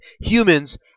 Humans